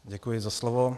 Děkuji za slovo.